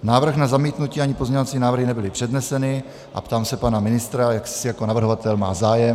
Návrh na zamítnutí ani pozměňovací návrhy nebyly předneseny a ptám se pana ministra, jestli jako navrhovatel má zájem...